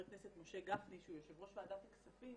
כנסת משה גפני שהוא יושב ראש ועדת הכספים